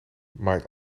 maait